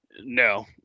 No